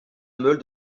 meule